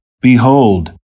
Behold